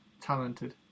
talented